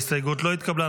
ההסתייגות לא התקבלה.